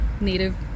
native